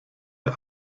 der